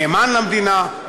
נאמן למדינה,